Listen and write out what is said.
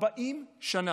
40 שנה.